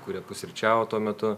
kurie pusryčiavo tuo metu